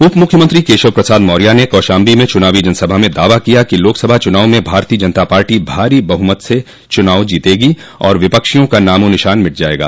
उपमुख्यमंत्री केशव प्रसाद मौर्या ने कौशाम्बी में चूनावी जनसभा में दावा किया कि लोकसभा चुनाव में भारतीय जनता पार्टी भारी बहुमत से चुनाव जीतेगी और विपक्षियों का नामो निशान मिट जायेगा